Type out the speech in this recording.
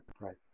right